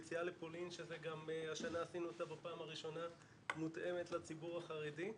יציאה לפולין שזה גם השנה עשינו אותה בפעם הראשונה מותאמת לציבור החרדי,